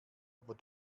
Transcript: aber